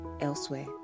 elsewhere